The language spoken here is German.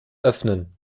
öffnen